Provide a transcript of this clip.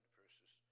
verses